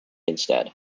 instead